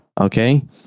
okay